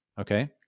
okay